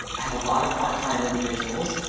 have a lot of part time individuals,